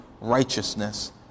righteousness